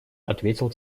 ответил